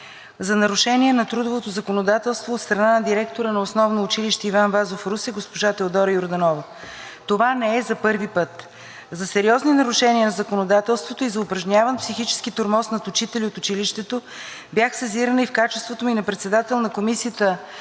нарушения на трудовото законодателство от страна на директора на ОУ „Иван Вазов“ – Русе, госпожа Теодора Йорданова. Това не е за първи път. За сериозни нарушения на законодателството и за упражняван психически тормоз над учители от училището бях сезирана и в качеството ми на председател на Комисията